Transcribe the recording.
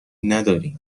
ندارین